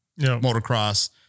motocross